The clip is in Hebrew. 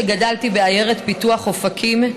שגדלתי בעיירת הפיתוח אופקים,